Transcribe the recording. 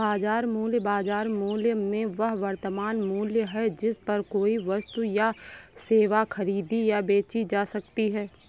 बाजार मूल्य, बाजार मूल्य में वह वर्तमान मूल्य है जिस पर कोई वस्तु या सेवा खरीदी या बेची जा सकती है